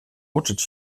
uczyć